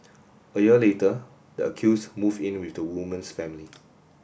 a year later the accused moved in with the woman's family